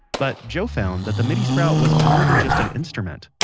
but joe found that the midi sprout was more than just an instrument.